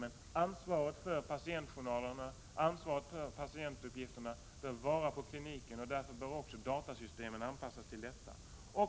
Men ansvaret för patientjournalerna och ansvaret för patientuppgifterna bör ligga på kliniken, och därför bör också datasystemen anpassas till detta.